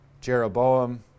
Jeroboam